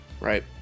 right